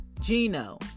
Gino